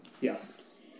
Yes